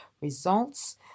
results